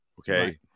okay